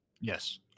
Yes